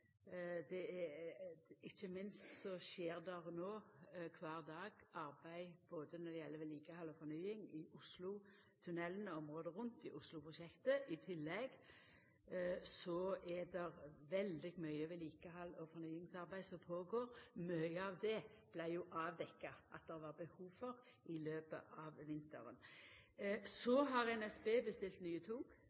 i 2011. Ikkje minst skjer det no kvar dag arbeid både når det gjeld vedlikehald og fornying i Oslotunnelen og området rundt, i Oslo-prosjektet. I tillegg er det veldig mykje vedlikehald og fornyingsarbeid som går føre seg. Mykje av det vart det jo avdekt at det var behov for i løpet av vinteren. Så har NSB bestilt nye